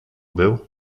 był